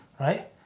Right